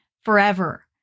forever